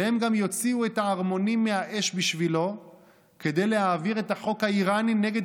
והם גם יוציאו את הערמונים מהאש בשבילו כדי להעביר את החוק האיראני נגד